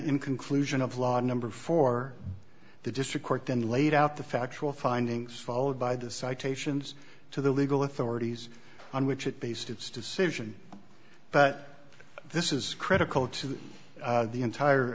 in conclusion of law number four the district court then laid out the factual findings followed by the citations to the legal authorities on which it based its decision but this is critical to the entire